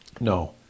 No